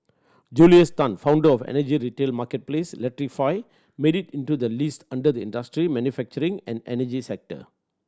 Julius Tan founder of energy retail marketplace Electrify made it into the list under the industry manufacturing and energy category